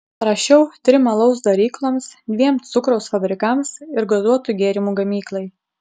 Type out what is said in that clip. rašiau trim alaus darykloms dviem cukraus fabrikams ir gazuotų gėrimų gamyklai